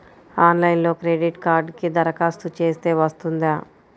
ఆన్లైన్లో క్రెడిట్ కార్డ్కి దరఖాస్తు చేస్తే వస్తుందా?